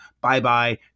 bye-bye